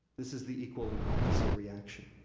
this is the equal and opposite reaction.